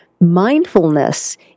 mindfulness